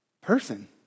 person